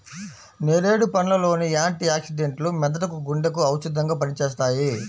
నేరేడు పండ్ల లోని యాంటీ ఆక్సిడెంట్లు మెదడుకు, గుండెకు ఔషధంగా పనిచేస్తాయి